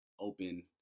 open